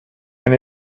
and